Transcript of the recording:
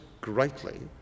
greatly